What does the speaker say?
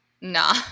Nah